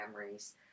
memories